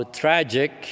tragic